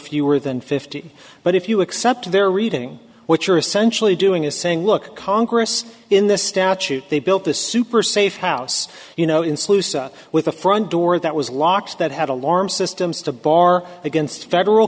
fewer than fifty but if you accept their reading what you're essentially doing is saying look congress in this statute they built this super safe house you know in salusa with a front door that was locks that had alarm systems to bar against federal